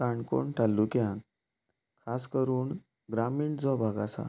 काणकोण तालुक्यांत खास करून ग्रामीण जो भाग आसा